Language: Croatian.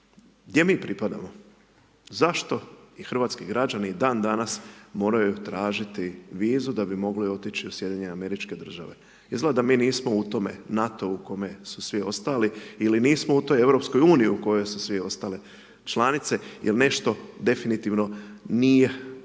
Gdje mi pripadamo? Zašto i hrvatski građani i dan danas moraju tražiti vizu da bi mogli otići u SAD? Izgleda da mi nismo u tome NATO-u u kome su svi ostali. Ili nismo u toj EU u kojoj su svi ostale članice jer nešto definitivno nije u redu.